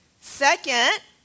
Second